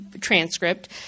transcript